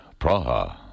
Praha